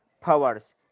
powers